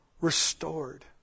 restored